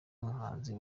umuhanzi